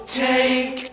take